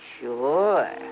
Sure